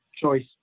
choice